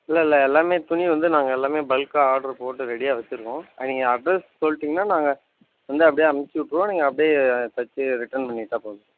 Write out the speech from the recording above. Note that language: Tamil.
இல்லைல்ல எல்லாமே துணி வந்து நாங்கள் எல்லாமே பல்க்காக ஆர்ட்ரு போட்டு ரெடியாக வச்சுருக்கோம் நீங்கள் அட்ரெஸ் சொல்லிட்டிங்கன்னா நாங்கள் வந்து அப்டே அனுப்சிவிட்ருவோம் நீங்கள் அப்டே தச்சு ரிட்டர்ன் பண்ணிவிட்டா போதும்